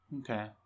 Okay